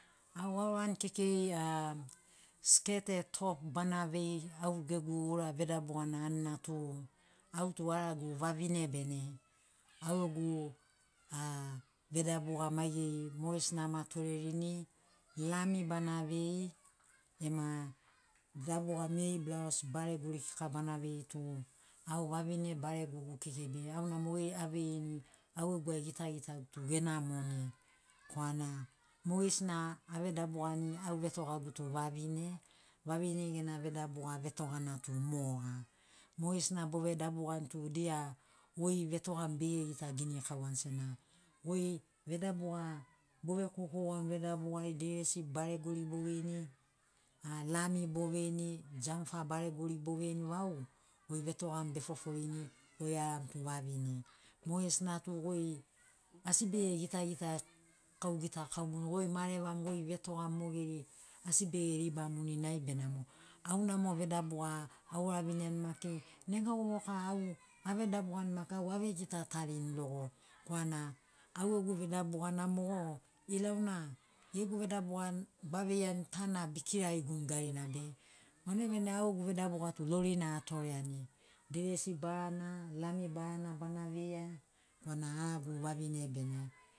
Au aurani kekei a sket e top banavei au gegu ura vedabugana anina tu autu aragu vavine bene au gegu a vedabuga maigeri mogesina ama torerini lami bana vei ema dabuga meri blaos baregori kika banavei tu au vavine baregogu kekei be auna mogeri aveini au gegu ai gitagitagu tu enamoni korana mogesina avedabugani au vetogagu tu vavine vavine gena vedabuga vetogana tu moga mogesina bovedabugani tu dia goi vetogamu be gita ginikauani sena vedabuga bovekoukou gauni vedabugai deresi baregori boveini a lami boveini jampa baregori boveini vau goi vetogamu befoforini goi aramu tu vavine mogesina tu goi asi be gitagita kau gitakaumuni goi marevamu goi vetogamu mogeri asi beribamuni nai benamo auna mo vedabuga auraviniani maki nega vovoka au avedabugani maki au avegitatarini logo korana au gegu vedabugana mo ilauna gegu vedabuga baveiani tana bekiragiguni garina be vanagi vanagi au gegu vedabuga tu lorina atoreani deresi barana lami barana bana veia bona aragu vavine bene